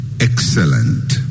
excellent